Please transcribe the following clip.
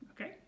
Okay